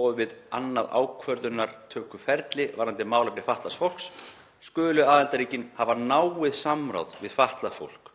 og við annað ákvörðunartökuferli varðandi málefni fatlaðs fólks, skulu aðildarríkin hafa náið samráð við fatlað fólk